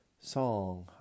song